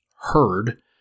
heard